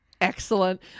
Excellent